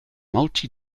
multi